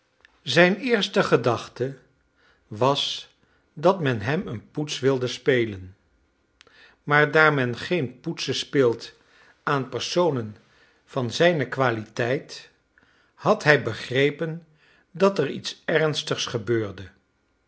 zijn eerste gedachte was dat men hem een poets wilde spelen maar daar men geen poetsen speelt aan personen van zijne qualiteit had hij begrepen dat er iets ernstigs gebeurde